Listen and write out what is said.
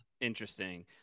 Interesting